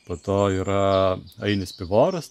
po to yra ainis pivoras